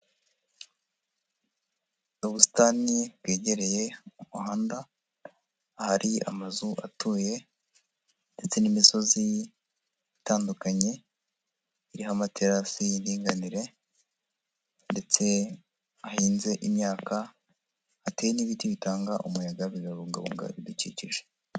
Ubusitani bwegereye umuhanda, ahari amazu atuye ndetse n'imisozi itandukanye iriho amaterasi y'indinganire ndetse hahinze imyaka, hateye n'ibiti bitanga umuyaga bikabungabunga ibidukikije.